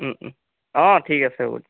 অঁ ঠিক আছে হ'ব